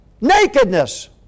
nakedness